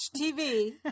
TV